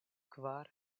kvar